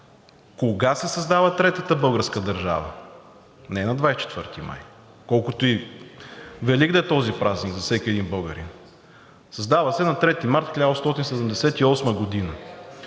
Кога се създава Третата българска държава? Не е на 24 май, колкото и велик да е този празник за всеки един българин. Създава се на 3 март 1878 г.